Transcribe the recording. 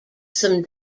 some